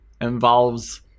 involves